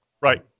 Right